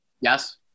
Yes